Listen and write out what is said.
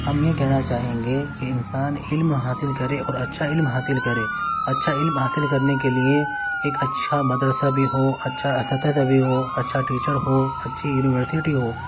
ہم یہ کہنا چاہیں گے کہ انسان علم حاصل کرے اور اچھا علم حاصل کرے اچھا علم حاصل کرنے کے لیے ایک اچھا مدرسہ بھی ہو اچھا اساتذہ بھی ہو اچھا ٹیچر ہو اچھی یونیورسٹی ہو